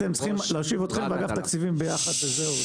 צריכים להושיב אתכם באגף התקציבים ביחד וזהו,